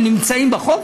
שנמצאים בחוק,